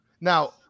Now